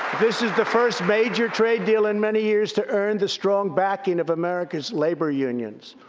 this is the first major trade deal in many years to earn the strong backing of america's labor unions.